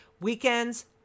Weekends